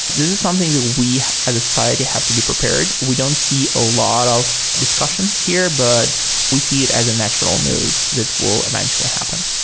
this is something that we as a society have to be prepared. we don't see a lot of discussion here, but we see it as a natural move that will eventually happen.